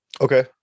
okay